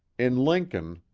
in lincoln,